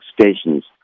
stations